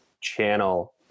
channel